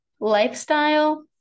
lifestyle